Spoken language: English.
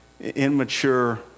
Immature